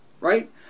right